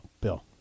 Bill